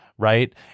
Right